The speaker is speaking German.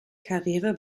karriere